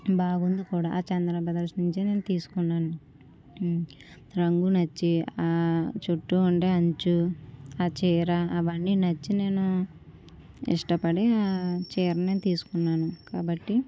బాగుంది కూడా ఆ చందాన బ్రదర్స్ నుంచి నేను తీసుకున్నాను రంగు నచ్చి ఆ చుట్టు ఉండే అంచు ఆ చీర అవన్నీ నచ్చి నేను ఇష్టపడి ఆ చీరను తీసుకున్నాను కాబట్టి